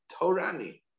Torani